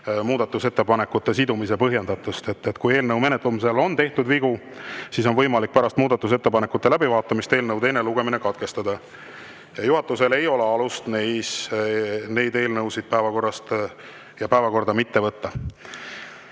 muudatusettepanekute sidumise põhjendatust. Kui eelnõu menetlemisel on tehtud vigu, siis on võimalik pärast muudatusettepanekute läbivaatamist eelnõu teine lugemine katkestada. Juhatusel ei ole alust neid eelnõusid päevakorda mitte võtta.